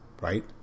right